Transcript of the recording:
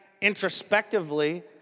introspectively